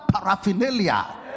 paraphernalia